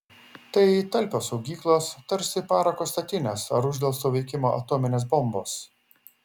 tai talpios saugyklos tarsi parako statinės ar uždelsto veikimo atominės bombos